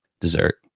dessert